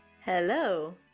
Hello